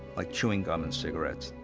like chewing gum and cigarettes,